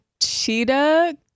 cheetah